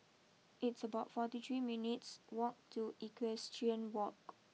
it's about forty three minutes walk to Equestrian walk